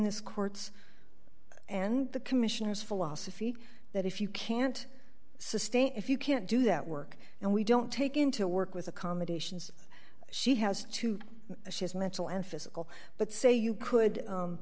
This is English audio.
this court's and the commissioner's philosophy that if you can't sustain if you can't do that work and we don't take into work with accommodations she has to assess mental and physical but say you could